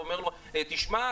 ואומר לו: תשמע,